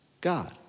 God